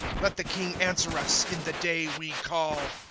let the king answer us, in the day we call.